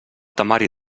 temari